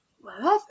Wherever